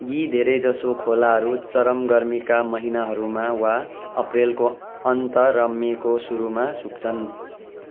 यी धेरैजसो खोलाहरू चरम गर्मीका महिनाहरूमा वा एप्रिलको अन्त्य र मेको सुरुमा सुक्छन्